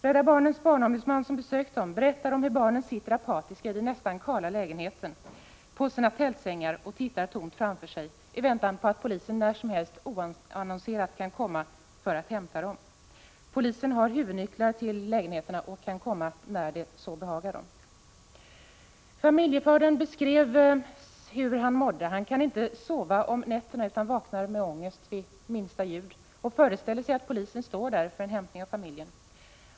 Rädda barnens barnombudsman, som besökt familjen, berättar om hur barnen sitter apatiska i den nästan kala lägenheten på sina tältsängar och tittar tomt framför sig i väntan på att polisen när som helst oannonserad kan komma och hämta familjemedlemmarna. Polisen har huvudnycklar till lägenheten och kan komma när det så behagar polisen. Familjefadern beskrev hur han mådde. Han kan inte sova om nätterna utan vaknar med ångest vid minsta ljud och föreställer sig att polisen står där för hämtning av familjen.